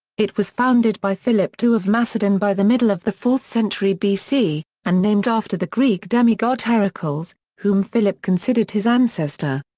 it was founded by philip ii of macedon by the middle of the fourth century bc, and named after the greek demigod heracles, whom philip considered his ancestor.